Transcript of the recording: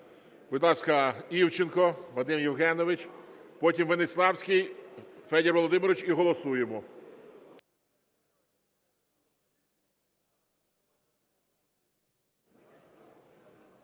Будь ласка, Івченко Вадим Євгенович, потім Веніславський Федір Володимирович, і голосуємо.